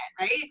right